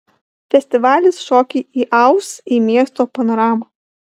festivalis šokį įaus į miesto panoramą